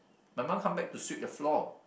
my mum come back to sweep the floor